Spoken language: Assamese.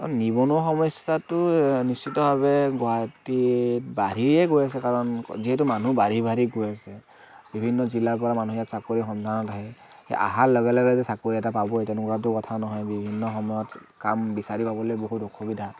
আৰু নিবনুৱা সমস্যাটো নিশ্চিতভাৱে গুৱাহাটীত বাঢ়িয়ে গৈ আছে কাৰণ যিহেতু মানুহ বাঢ়ি বাঢ়ি গৈ আছে বিভিন্ন জিলাৰ পৰা মানুহে চাকৰিৰ সন্ধানত আহে সেই অহাৰ লগে লগে যে চাকৰি এটা পাব সেই তেনেকুৱাতো কথা নহয় বিভিন্ন সময়ত কাম বিচাৰি পাবলৈ বহুত অসুবিধা